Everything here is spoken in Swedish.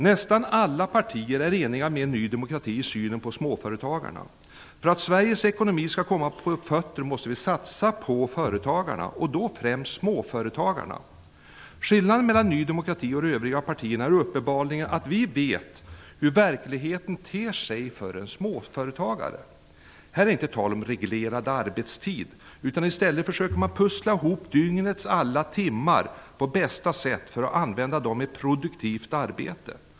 Nästan alla partier är eniga med Ny demokrati om synen på småföretagarna. För att Sveriges ekonomi skall komma på fötter måste vi satsa på företagarna och då främst småföretagarna. Skillnaden mellan Ny demokrati och de övriga partierna är uppenbarligen att vi vet hur verkligheten ter sig för en småföretagare. Här är det inte tal om reglerad arbetstid utan man försöker i stället pussla ihop dygnets alla timmar på bästa sätt för att använda dem i produktivt arbete.